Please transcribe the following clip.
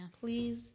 please